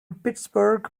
pittsburgh